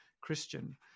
Christian